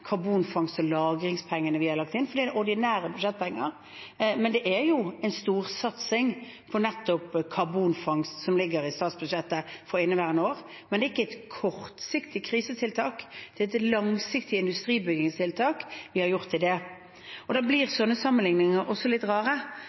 karbonfangst- og -lagringspengene vi har lagt inn, med, for det er ordinære budsjettpenger. Det ligger jo en storsatsing på nettopp karbonfangst i statsbudsjettet for inneværende år, men det er ikke et kortsiktig krisetiltak, det er et langsiktig industribyggingstiltak. Da blir slike sammenlikninger også litt rare. Noen har